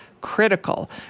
critical